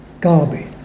garbage